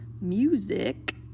music